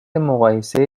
مقایسه